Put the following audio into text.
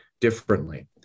differently